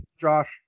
Josh